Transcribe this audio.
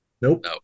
Nope